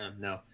No